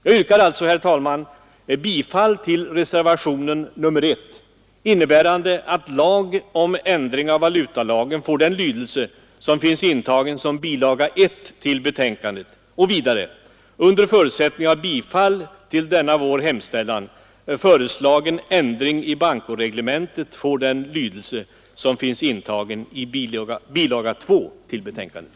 Jag yrkar alltså, herr talman, bifall till reservationen 1, innebärande att lagen om ändring av valutalagen får den lydelse som finnes intagen som bilaga 1 till betänkandet, och vidare — under förutsättning av bifall till denna vår hemställan — att föreslagen ändring i bankoreglementet får den lydelse som finnes intagen i bilaga 2 till betänkandet.